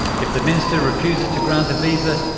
if the minister refuses to grant a visa,